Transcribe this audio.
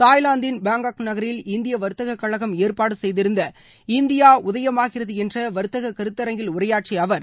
தாய்லாந்தின் பேங்காக் நகரில் இந்திய வர்த்தக கழகம் ஏற்பாடு செய்திருந்த இந்தியா உதயமாகிறது என்ற வர்த்தக கருத்தரங்கில் உரையாற்றிய அவர்